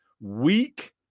weak